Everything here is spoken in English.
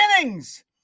innings